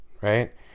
right